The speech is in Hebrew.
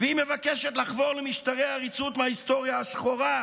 והיא מבקשת לחזור למשטרי העריצות מההיסטוריה השחורה.